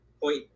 point